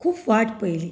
खूब वाट पयली